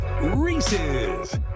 Reese's